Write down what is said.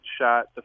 shot